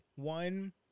One